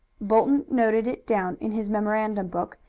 bolton noted it down in his memorandum-book,